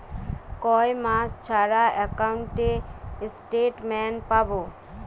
কয় মাস ছাড়া একাউন্টে স্টেটমেন্ট পাব?